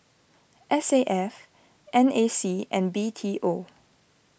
S A F N A C and B T O